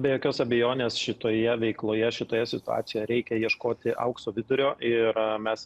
be jokios abejonės šitoje veikloje šitoje situacijoje reikia ieškoti aukso vidurio ir mes